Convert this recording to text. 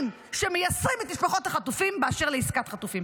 שמייסרים את משפחות החטופים באשר לעסקת חטופים.